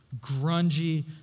Grungy